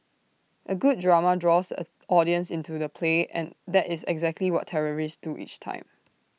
A good drama draws the audience into the play and that is exactly what terrorists do each time